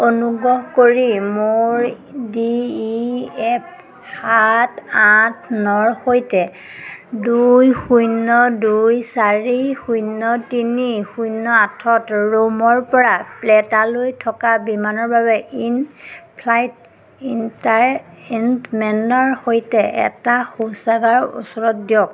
অনুগ্ৰহ কৰি মোৰ ডি ই এফ সাত আঠ নৰ সৈতে দুই শূন্য দুই চাৰি শূন্য তিনি শূন্য আঠত ৰোমৰপৰা পেট্ৰালৈ থকা বিমানৰ বাবে ইন ফ্লাইট এণ্টাৰটেইণ্টমেনৰ সৈতে এটা শৌচাগাৰ ওচৰত দিয়ক